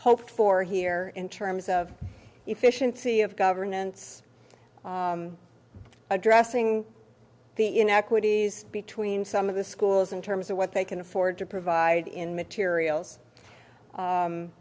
hoped for here in terms of efficiency of governance addressing the inequities between some of the schools in terms of what they can afford to provide in materials